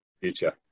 future